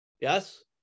Yes